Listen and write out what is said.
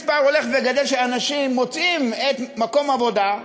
מספר הולך וגדל של אנשים מוצאים מקום עבודה,